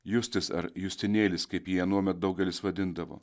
justis ar justinėlis kaip jie anuomet daugelis vadindavo